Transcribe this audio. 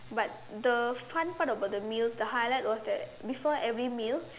but the fun part about the meal the highlight was that before every meal